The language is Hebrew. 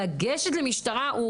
לגשת למשטרה,